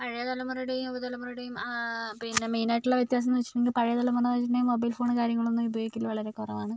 പഴയ തലമുറയുടെയും യുവ തലമുറയുടെയും പിന്നെ മെയിനായിട്ടുള്ള വ്യത്യാസമെന്ന് വെച്ചിട്ടുണ്ടെങ്കില് പഴയ തലമുറ എന്ന് വെച്ചിട്ടുണ്ടെങ്കിൽ മൊബൈൽ ഫോണും കാര്യങ്ങളൊന്നും ഉപയോഗിക്കല് വളരേ കുറവാണ്